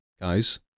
guys